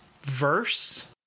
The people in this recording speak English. verse